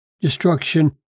destruction